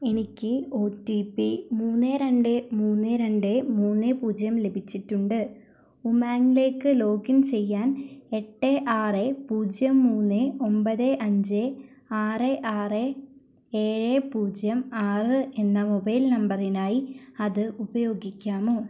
എനിക്ക് O T P മൂന്ന് രണ്ട് മൂന്ന് രണ്ട് മൂന്ന് പൂജ്യം ലഭിച്ചിട്ടുണ്ട് ഉമാങ്കിലേക്ക് ലോഗിൻ ചെയ്യാൻ എട്ട് ആറ് പൂജ്യം മൂന്ന് ഒമ്പത് അഞ്ച് ആറ് ആറ് ഏഴ് പൂജ്യം ആറ് എന്ന മൊബൈൽ നമ്പറിനായി അത് ഉപയോഗിക്കാമോ